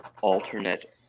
alternate